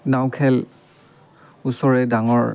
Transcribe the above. নাও খেল ওচৰে ডাঙৰ